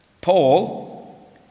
Paul